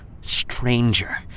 stranger